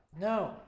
No